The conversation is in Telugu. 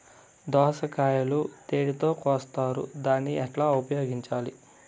దోస కాయలు దేనితో కోస్తారు దాన్ని ఎట్లా ఉపయోగించాలి?